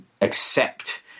accept